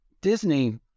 Disney